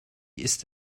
ist